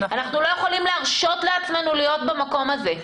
אנחנו לא יכולים להרשות לעצמנו להיות במקום הזה.